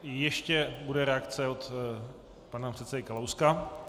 Ještě bude reakce od pana předsedy Kalouska.